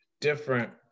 different